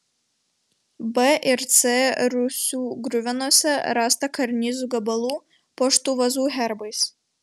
b ir c rūsių griuvenose rasta karnizų gabalų puoštų vazų herbais